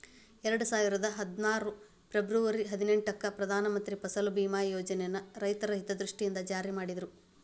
ಎರಡುಸಾವಿರದ ಹದ್ನಾರು ಫೆಬರ್ವರಿ ಹದಿನೆಂಟಕ್ಕ ಪ್ರಧಾನ ಮಂತ್ರಿ ಫಸಲ್ ಬಿಮಾ ಯೋಜನನ ರೈತರ ಹಿತದೃಷ್ಟಿಯಿಂದ ಜಾರಿ ಮಾಡಿದ್ರು